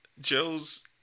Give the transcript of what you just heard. Joe's